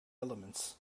elements